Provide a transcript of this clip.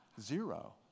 zero